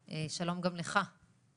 בבקשה.